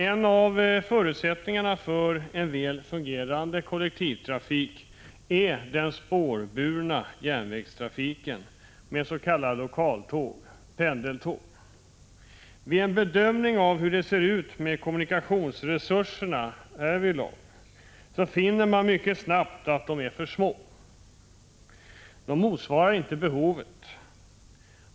En av förutsättningarna för en väl fungerande kollektivtrafik är den spårburna järnvägstrafiken med s.k. lokaltåg — pendeltåg. Vid en bedömning av hur det ser ut med kommunikationsresurserna härvidlag finner man mycket snabbt att de är för små. De motsvarar inte behovet.